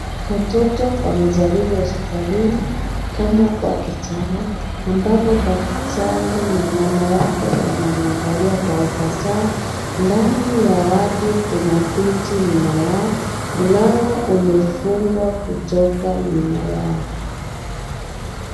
Katoto kamezaliwa hospitalini. Kamo kwa kitanda. Ambalo daktari na mama yake wanamwangalia kwa ufasaha. Ndani ya wadi kuna viti nyuma yao. Mlango umefungwa kutoka nyuma yao.